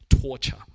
torture